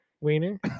Wiener